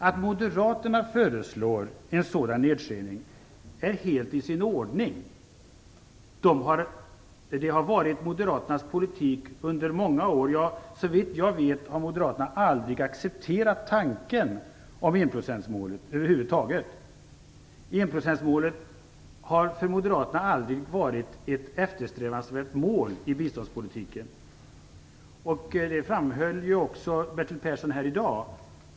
Att moderaterna föreslår en sådan nedskärning är helt i sin ordning. Det har varit moderaternas politik under många år. Ja, såvitt jag vet har moderaterna aldrig accepterat tanken på enprocentsmålet över huvud taget. Enprocentsmålet har för moderaterna aldrig varit ett eftersträvansvärt mål i biståndspolitiken. Det framhöll också Bertil Persson här i dag.